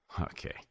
Okay